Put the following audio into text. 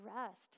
rest